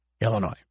Illinois